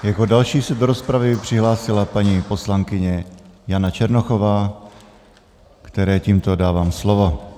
Jako další se do rozpravy přihlásila paní poslankyně Jana Černochová, které tímto dávám slovo.